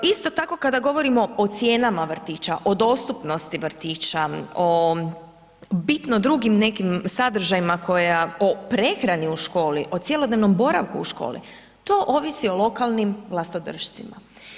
Isto tako kada govorimo o cijenama vrtića, o dostupnosti vrtića, o bitno drugim nekim sadržajima koja, o prehrani u školi, o cjelodnevnom boravku u školi, to ovisi o lokalnim vlastodršcima.